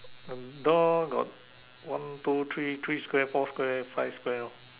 uh door got one two three three Square four Square five Square lor